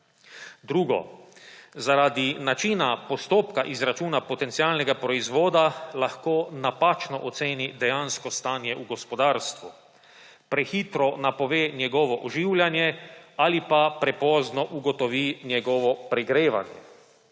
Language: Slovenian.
Drugo. Zaradi načina postopka izračuna potencialnega proizvoda lahko napačno oceni dejansko stanje v gospodarstvu. Prehitro napove njegovo oživljanje ali pa prepozno ugotovi njegovo pregrevanje.